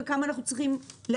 על כמה אנחנו צריכים לאחסן.